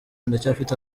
ndacyafite